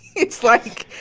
it's like,